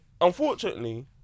Unfortunately